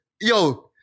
yo